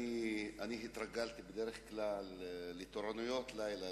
התרגלתי לתורנויות לילה,